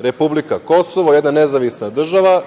republika Kosovo je jedna nezavisna država,